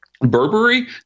Burberry